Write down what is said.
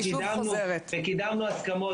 אני שוב חוזרת --- וקידמנו הסכמות